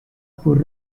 por